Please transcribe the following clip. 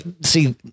see